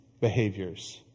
behaviors